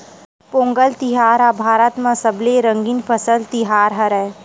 पोंगल तिहार ह भारत म सबले रंगीन फसल तिहार हरय